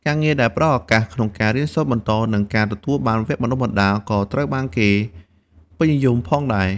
ការងារដែលផ្ដល់ឱកាសក្នុងការរៀនសូត្របន្ត និងទទួលបានវគ្គបណ្ដុះបណ្ដាល ក៏ត្រូវបានគេពេញនិយមផងដែរ។